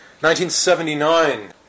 1979